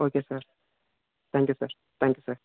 okay sir thank you sir thank you sir